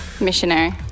Missionary